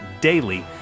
daily